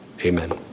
Amen